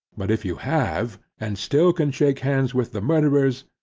but if you have, and still can shake hands with the murderers,